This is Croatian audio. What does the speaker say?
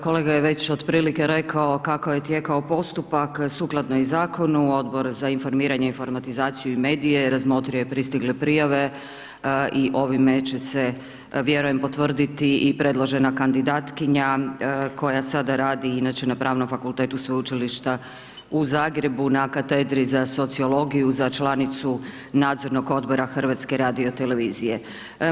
Kolega je već otprilike rekao kako je tekao postupak sukladno i zakonu Odbor za informiranje, informatizaciju i medije razmotrio je pristigle prijave i ovime će se vjerujem potvrditi i predložena kandidatkinja koja sada radi inače na Pravnom fakultetu Sveučilišta u Zagrebu na katedri za sociologiju za članicu Nadzornog odbora HRT-a.